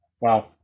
Wow